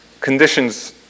conditions